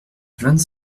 vingt